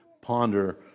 ponder